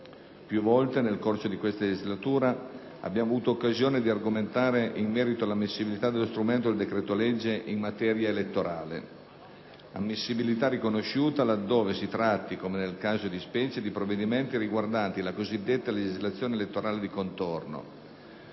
Più volte, nel corso di questa legislatura, abbiamo avuto occasione di argomentare in merito all'ammissibilità dello strumento del decreto-legge in materia elettorale (riconosciuta laddove si tratti, come nel caso di specie, di provvedimenti riguardanti la cosiddetta legislazione elettorale di contorno,